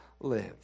live